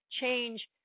change